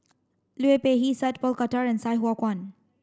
Liu Peihe Sat Pal Khattar and Sai Hua Kuan